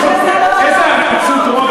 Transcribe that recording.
איזה עריצות רוב?